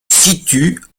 situe